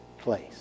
place